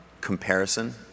comparison